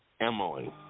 Emily